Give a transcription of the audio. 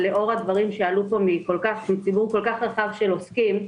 ולאור הדברים שעלו מציבור כל כך רחב של עוסקים,